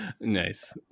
Nice